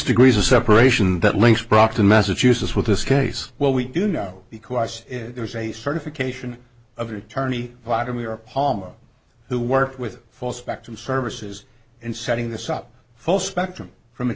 degrees of separation that links brockton massachusetts with this case well we do know because there's a certification of your attorney blotter we are palmer who worked with full spectrum services and setting this up full spectrum from